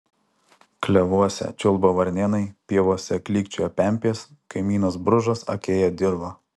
klevuose čiulba varnėnai pievose klykčioja pempės kaimynas bružas akėja dirvą